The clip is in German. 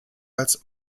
als